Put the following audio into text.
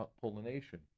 pollination